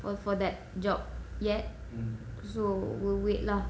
well for that job yet so we'll wait lah